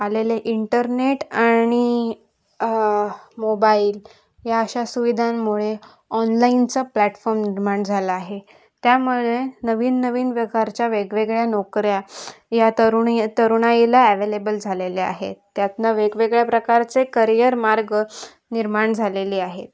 आलेले इंटरनेट आणि मोबाईल या अशा सुविधांमुळे ऑनलाईनचा प्लॅटफॉर्म निर्माण झाला आहे त्यामुळे नवीन नवीन प्रकारच्या वेगवेगळ्या नोकऱ्या या तरुण तरुणाईला ॲवेलेबल झालेल्या आहेत त्यातून वेगवेगळ्या प्रकारचे करियर मार्ग निर्माण झालेले आहेत